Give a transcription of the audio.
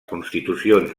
constitucions